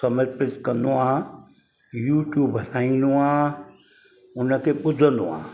समर्पित कंदो आहियां यूट्यूब हलाईंदो आहियां उन खे ॿुधंदो आहियां